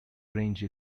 range